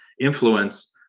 influence